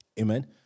Amen